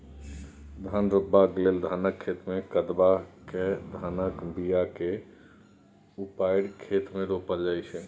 धान रोपबाक लेल धानक खेतमे कदबा कए धानक बीयाकेँ उपारि खेत मे रोपल जाइ छै